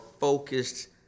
focused